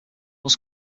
must